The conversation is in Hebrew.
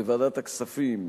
בוועדת הכספים,